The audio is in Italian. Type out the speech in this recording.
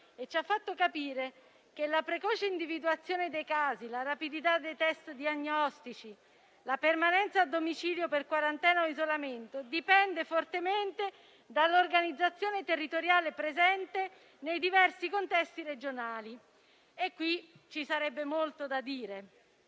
e ci ha fatto capire che la precoce individuazione dei casi, la rapidità dei test diagnostici, la permanenza a domicilio per quarantena o isolamento dipendono fortemente dall'organizzazione territoriale presente nei diversi contesti regionali. E qui ci sarebbe molto da dire.